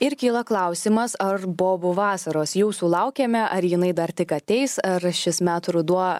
ir kyla klausimas ar bobų vasaros jau sulaukėme ar jinai dar tik ateis ar šis metų ruduo